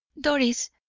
Doris